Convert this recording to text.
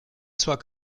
zur